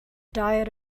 diet